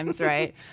right